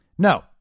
No